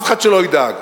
אף אחד שלא ידאג.